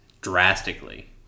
drastically